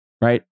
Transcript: Right